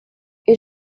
you